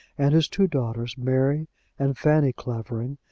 and his two daughters, mary and fanny clavering,